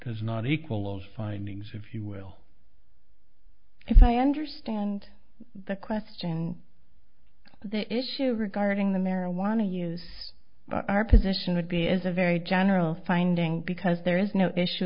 because not equal of findings if you will if i understand the question the issue regarding the marijuana use our position would be is a very general finding because there is no issue